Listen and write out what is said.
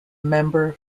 member